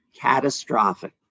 catastrophic